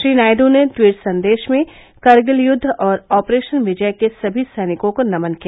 श्री नायड् ने ट्वीट संदेश में करगिल युद्व और ऑपरेशन विजय के सभी सैनिकों को नमन किया